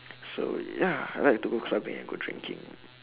so ya I like to go clubbing and go drinking